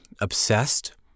obsessed